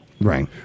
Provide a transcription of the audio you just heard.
Right